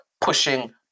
pushing